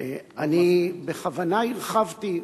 אני בכוונה הרחבתי